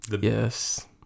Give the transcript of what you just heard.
Yes